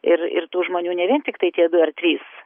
ir ir tų žmonių ne vien tiktai tie du ar trys